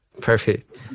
Perfect